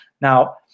Now